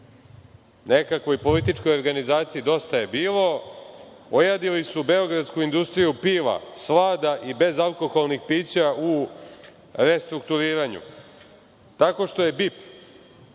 nekakvoj političkoj organizaciji „Dosta je bilo“ ojadili su Beogradsku industriju piva, slada i bezalkoholnih pića u restrukturiranju, tako što je BIP